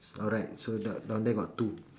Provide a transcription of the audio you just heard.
alright so down down there got two